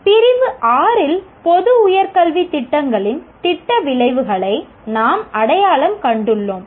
பிரிவு 6 இல் பொது உயர் கல்வித் திட்டங்களின் திட்ட விளைவுகளை நாம் அடையாளம் கண்டுள்ளோம்